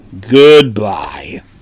Goodbye